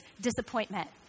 disappointment